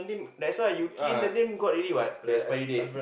that's why you key in the name got already what the expiry date